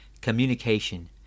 communication